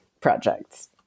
projects